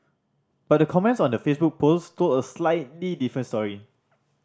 but the comments on the Facebook post told a slightly different story